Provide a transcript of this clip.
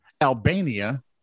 Albania